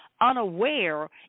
unaware